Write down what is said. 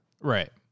Right